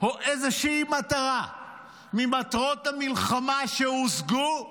או איזושהי מטרה ממטרות המלחמה שהושגו?